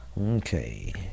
Okay